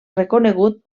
reconegut